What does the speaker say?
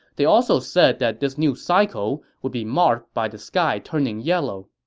they also said that this new cycle would be marked by the sky turning yellow.